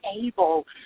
able